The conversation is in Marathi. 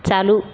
चालू